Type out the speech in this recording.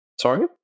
Sorry